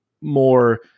more